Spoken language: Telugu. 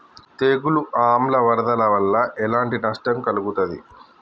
తెగులు ఆమ్ల వరదల వల్ల ఎలాంటి నష్టం కలుగుతది?